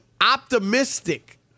optimistic